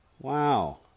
Wow